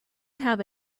have